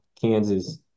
Kansas